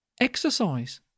exercise